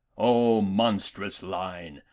o monstrous line!